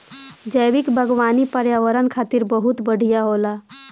जैविक बागवानी पर्यावरण खातिर बहुत बढ़िया होला